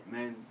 Man